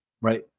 Right